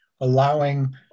allowing